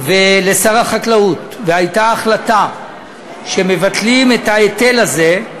ולשר החקלאות, והייתה החלטה שמבטלים את ההיטל הזה,